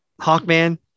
Hawkman